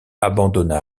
abandonna